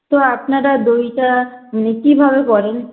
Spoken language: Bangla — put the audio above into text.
তো আপনারা দইটা মানে কিভাবে করেন